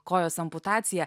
kojos amputacija